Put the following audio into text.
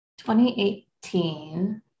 2018